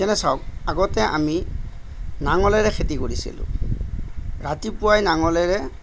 যেনে চাওঁক আগতে আমি নাঙলেৰে খেতি কৰিছিলোঁ ৰাতিপুৱাই নাঙলেৰে